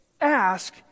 ask